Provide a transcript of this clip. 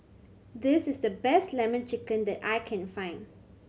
this is the best Lemon Chicken that I can find